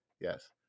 Yes